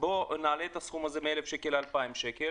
בוא נעלה את הסכום הזה מ-1,000 שקלים ל-2,000 שקלים.